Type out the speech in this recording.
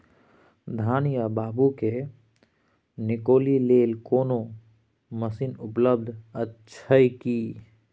धान या बाबू के निकौनी लेल कोनो मसीन उपलब्ध अछि की?